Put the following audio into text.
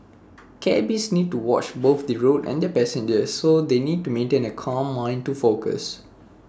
cabbies need to watch both the road and their passengers so they need to maintain A calm mind to focus